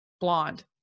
blonde